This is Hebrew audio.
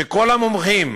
שכל המומחים,